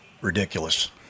ridiculous